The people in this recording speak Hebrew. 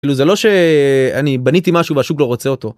זה לא שאני בניתי משהו בשוק לא רוצה אותו.